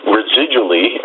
residually